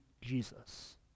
Jesus